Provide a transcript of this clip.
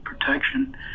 protection